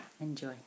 Enjoy